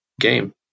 game